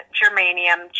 germanium